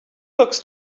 looks